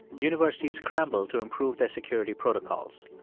universities scrambled to improve their security protocols.